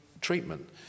treatment